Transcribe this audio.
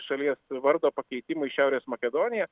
šalies vardo pakeitimui šiaurės makedonija